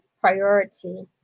priority